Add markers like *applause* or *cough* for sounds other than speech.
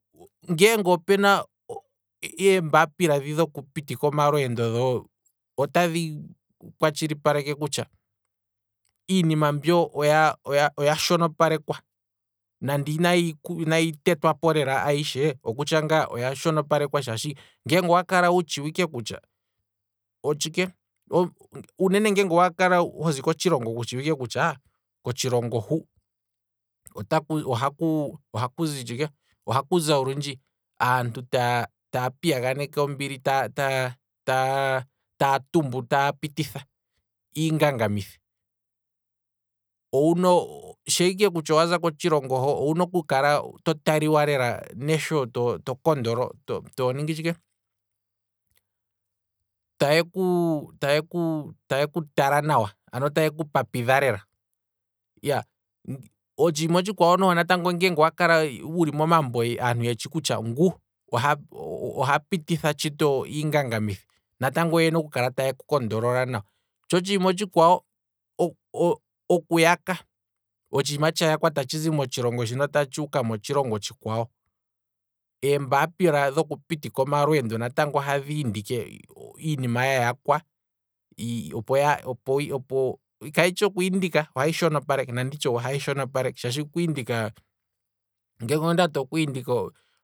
Ngeenge opena eembapila dhoo dhoku pitika omalweendo dho otadhi kwatshilipaleke kutya, iinima mbyoo oya shono palekwa nande inayi tetwapo ayishe, ngeenge owa kala wu tshiwike kutya otshike, uunene nge owa kala wutshiwike kutya owaza kotshilongo hu, ohaku okuzi tshike, ohaku olundji aantu taya piyaga neke ombili ta- ta- ta- taa tumbu taya pititha iingangamithi, shaa ike kutya owaza koshilongo ho, owuna lela oku kala to taliwa lela nesho to control, toningi tshike, ta yeku ta yeku ta yeku tala nawa ano taye ku papidha lela. Iyaaa, otshiima otshi kwawo natango nge owakala wuli momambo aantu yeshi kutya ngu oha pititha tshito iingangamithi, natango oyena oku kala ta yeku conrol nawa, tsho otshiima otshikwawo *hesitation* okuyaka, otshiima tsha yakwa okuza motshilongo muno ta tshihi motshilongo otshikwawo, eembaapila dhoku pitikwa omalweendo nadho ohadhi indike iinima ya yakwa, opo- opo- opo kayishi okwiindika, nanditye ohayi shono paleke, shaashi okwiindika, ngeenge ondati okwiindika